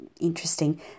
interesting